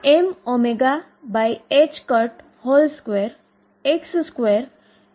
તો શું આ પાર્ટીકલ વેવ માટેનું સમીકરણ હોઈ શકે